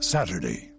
Saturday